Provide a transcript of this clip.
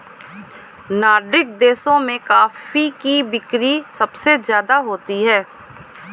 Nordic देशों में coffee की बिक्री सबसे ज्यादा होती है